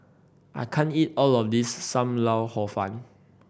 I can't eat all of this Sam Lau Hor Fun